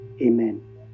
Amen